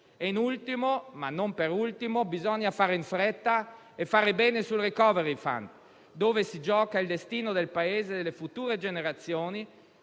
In ultimo, ma non per ultimo, bisogna fare in fretta e fare bene sul *recovery fund*, su cui si gioca il destino del Paese, delle future generazioni,